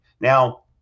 Now